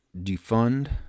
defund